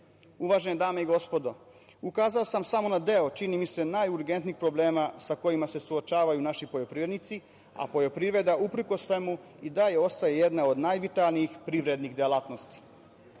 dame i gospodo, ukazao sam samo na deo, čini mi se, najurgentnijih problema sa kojima se suočavaju naši poljoprivrednici, a poljoprivreda, uprkos svemu i dalje ostaje jedna od najvitalnijih privrednih delatnosti. Uprkos